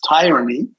tyranny